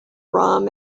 rum